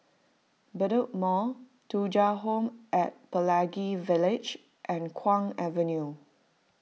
Bedok Mall Thuja Home at Pelangi Village and Kwong Avenue